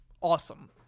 awesome